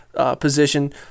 position